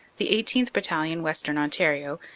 the eighteenth. battalion, western ontario,